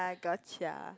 gotcha